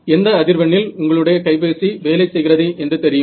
எந்த அதிர்வெண்ணில் உங்களுடைய கைபேசி வேலை செய்கிறது என்று தெரியுமா